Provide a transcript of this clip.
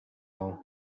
all